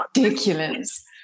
ridiculous